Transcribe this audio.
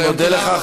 אני מודה לך.